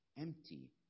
empty